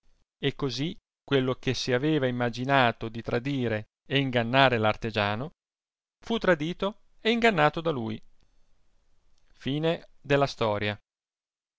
e cosi quello che se aveva imaginato di tradire e ingannar r artegiano fu tradito e ingannato da lui